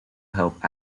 help